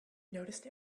noticed